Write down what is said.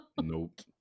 Nope